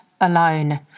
alone